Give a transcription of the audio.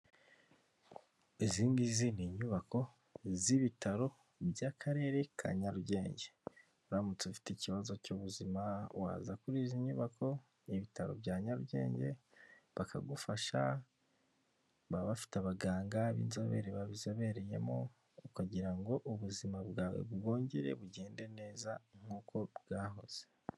Izi ngizi ni inyubako z'ibitaro by'akarere ka Nyarugenge, uramutse ufite ikibazo cy'ubuzima waza kuri izi nyubako ibitaro bya Nyarugenge bakagufasha, baba bafite abaganga b'inzobere babizobereyemo kugira ngo ubuzima bwawe bwongere bugende neza nk'uko bwahoze.